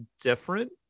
different